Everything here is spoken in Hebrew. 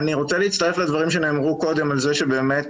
אני רוצה להצטרף לדברים שנאמרו קודם על זה שבאמת